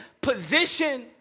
position